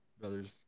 brothers